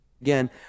again